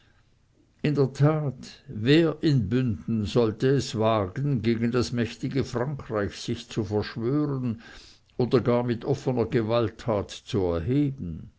in der tat wer in bünden sollte es wagen gegen das mächtige frankreich sich zu verschwören oder gar mit offener gewalttat zu erheben